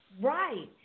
right